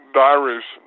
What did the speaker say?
diaries